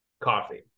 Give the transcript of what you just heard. coffee